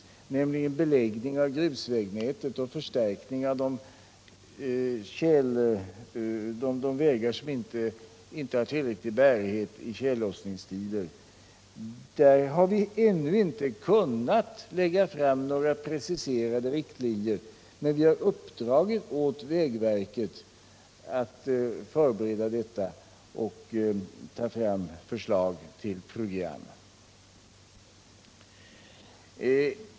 Jag tänker då på beläggningen av grusvägnätet och förstärkningar av de vägar som inte har tillräcklig bärighet i tjällossningstider. Där har vi ännu inte kunnat lägga fram några preciserade riktlinjer, men vi har uppdragit åt vägverket att förbereda den saken och sedan presentera förslag till program.